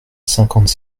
cinquante